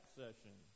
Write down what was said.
session